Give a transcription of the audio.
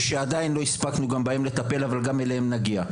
ושעדיין לא הספקנו גם בהם לטפל אבל גם אליהם נגיע.